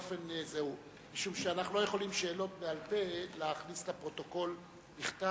משום שאנחנו לא יכולים שאלות בעל-פה להכניס לפרוטוקול בכתב,